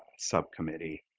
subcommittee,